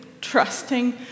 trusting